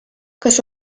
kas